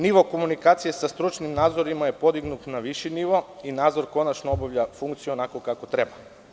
Nivo komunikacije sa stručnim nadzorima je podignut na viši nivo i nadzor konačno obavlja funkciju onako kako treba.